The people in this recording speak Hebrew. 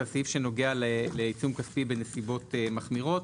זה הסעיף שנוגע לעיצום כספי בנסיבות מחמירות.